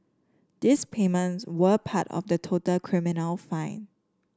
these payments were part of the total criminal fine